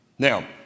Now